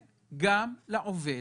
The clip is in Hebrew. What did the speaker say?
לאפשרות לקנוס גם את העובד.